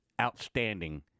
outstanding